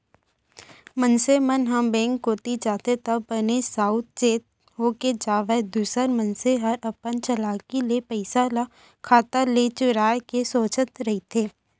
मनसे मन ह बेंक कोती जाथे त बने साउ चेत होके जावय दूसर मनसे हर अपन चलाकी ले पइसा ल खाता ले चुराय के सोचत रहिथे